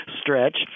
stretch